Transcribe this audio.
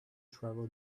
travel